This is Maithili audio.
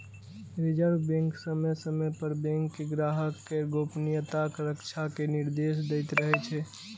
रिजर्व बैंक समय समय पर बैंक कें ग्राहक केर गोपनीयताक रक्षा के निर्देश दैत रहै छै